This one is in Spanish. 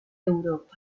europa